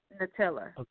Nutella